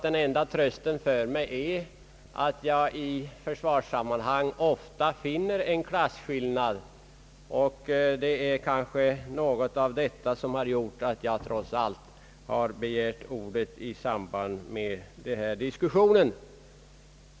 Den enda trösten för mig är att jag i försvarssammanhang ofta finner en viss klasskillnad. Det är kanske något av detta som gjort att jag trots allt har begärt ordet i denna diskussion.